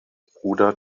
bruder